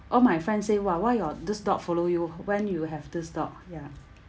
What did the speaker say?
all my friend say !wah! why your this dog follow you when you have this dog ya